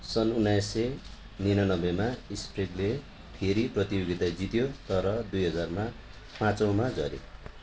सन् उन्नाइस सय निनानब्बेमा स्प्रेगले फेरि प्रतियोगिता जित्यो तर दुई हजारमा पाँचौँमा झऱ्यो